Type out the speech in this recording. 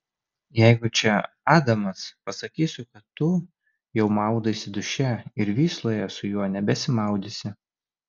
jeigu čia adamas pasakysiu kad tu jau maudaisi duše ir vysloje su juo nebesimaudysi